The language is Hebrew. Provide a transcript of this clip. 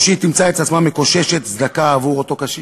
או שהיא תמצא עצמה מקוששת צדקה עבור אותו קשיש?